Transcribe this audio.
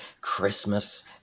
Christmas